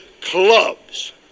clubs